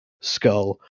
skull